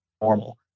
normal